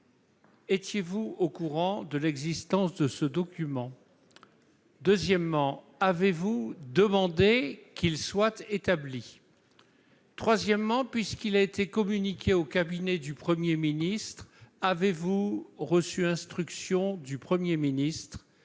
étiez-vous au courant de l'existence de ce document ? Deuxièmement, avez-vous demandé qu'il soit établi ? Troisièmement, puisqu'il a été communiqué au cabinet du Premier ministre, avez-vous reçu du Premier ministre